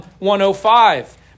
105